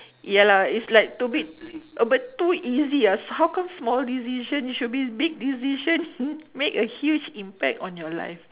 ya lah it's like too bit a bit too easy ah so how come small decision should be big decision made a huge impact on your life